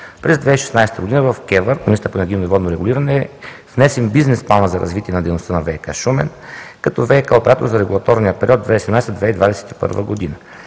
През 2016 г. в КЕВР, „Комисията по енергийно и водно регулиране“, е внесен бизнес-планът за развитие на дейността на „ВиК Шумен“ като ВиК оператор за регулаторния период 2017-2021 г.